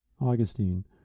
Augustine